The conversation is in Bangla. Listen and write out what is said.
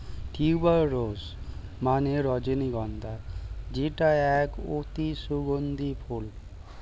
টিউবার রোজ মানে রজনীগন্ধা যেটা এক অতি সুগন্ধি ফুল